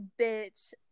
bitch